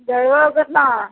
ड्राइवरके केतना